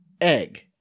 egg